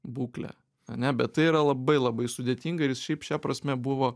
būklę ane bet tai yra labai labai sudėtinga ir jis šiaip šia prasme buvo